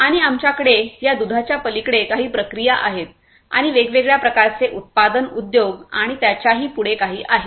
आणि आमच्याकडे या दुधाच्या पलीकडे काही प्रक्रिया आहेत आणि वेगवेगळ्या प्रकारचे उत्पादन उद्योग आणि त्याच्याही पुढे काही आहे